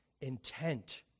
intent